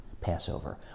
Passover